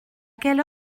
quelle